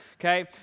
okay